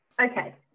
Okay